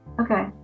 Okay